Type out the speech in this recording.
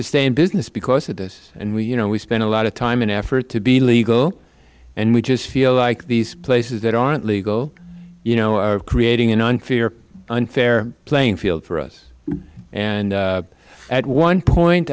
to stay in business because of this and we you know we spent a lot of time and effort to be legal and we just feel like these places that aren't legal you know are creating an unfair unfair playing field for us and at one point